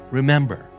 Remember